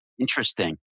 Interesting